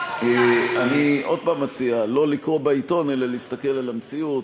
אני עוד הפעם מציע לא לקרוא בעיתון אלא להסתכל על המציאות,